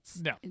no